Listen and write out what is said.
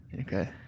Okay